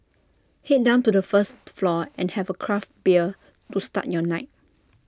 Head down to the first floor and have A craft bear to start your night